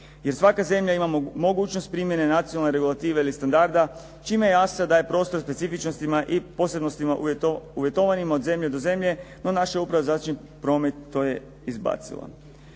Jer svaka zemlja ima mogućnost primjene nacionalne regulative ili standarda, čime je jasno da je prostor specifičnostima i posebnostima uvjetovanim od zemlje do zemlje. No naša Uprava za zračni promet to je izbacila.